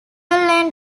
lane